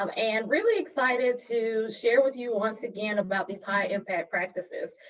um and really excited to share with you once again about these high impact practices.